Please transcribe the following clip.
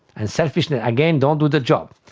and selfishness, again, doesn't do the job.